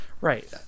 right